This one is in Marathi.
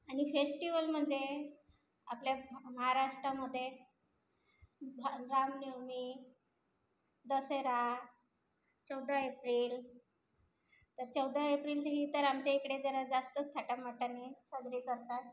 आणि फेस्टिवलमध्ये आपल्या भा महाराष्ट्रामध्ये भा रामनवमी दसरा चौदा एप्रिल तर चौदा एप्रिल ही तर आमच्या इकडे जरा जास्तच थाटामाटाने साजरी करतात